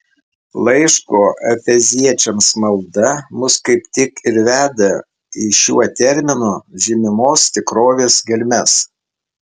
laiško efeziečiams malda mus kaip tik ir veda į šiuo terminu žymimos tikrovės gelmes